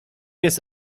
jest